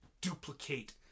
duplicate